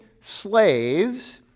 slaves